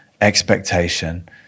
expectation